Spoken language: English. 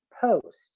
post